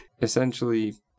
Essentially